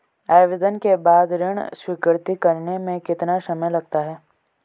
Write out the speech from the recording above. आवेदन के बाद ऋण स्वीकृत करने में कितना समय लगता है?